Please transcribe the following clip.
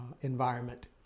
environment